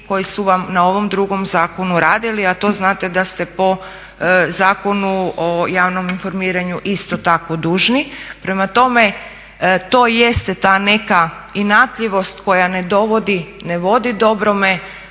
koji su vam na ovom drugom zakonu radili a to znate da ste po Zakonu o javnom informiranju isto tako dužni. Prema tome, to jeste ta neka inatljivost koja ne dovodi, ne vodi dobrome.